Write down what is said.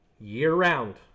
year-round